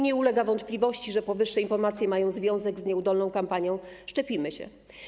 Nie ulega wątpliwości, że powyższe informacje mają związek z nieudolną kampanią #SzczepimySię.